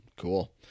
Cool